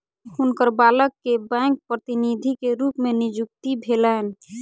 हुनकर बालक के बैंक प्रतिनिधि के रूप में नियुक्ति भेलैन